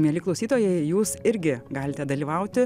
mieli klausytojai jūs irgi galite dalyvauti